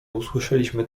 usłyszeliśmy